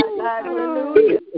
Hallelujah